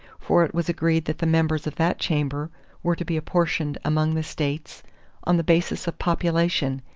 for it was agreed that the members of that chamber were to be apportioned among the states on the basis of population,